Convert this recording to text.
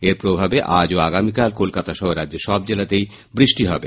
এর প্রভাবে আজ ও আগামীকাল কলকাতা সহ রাজ্যের সব জেলাতেই বৃষ্টি হবে